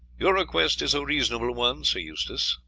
your request is a reasonable one, sir eustace,